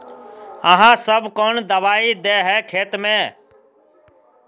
आहाँ सब कौन दबाइ दे है खेत में?